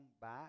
back